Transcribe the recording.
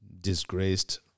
disgraced